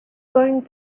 going